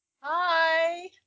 Hi